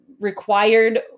required